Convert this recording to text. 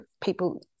people